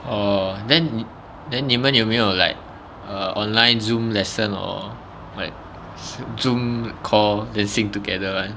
orh then 你 then 你们有没有 like a online zoom lesson or like zoom call then sing together [one]